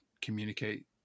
communicate